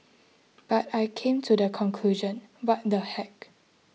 but I came to the conclusion what the heck